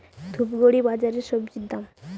ধূপগুড়ি বাজারের স্বজি দাম?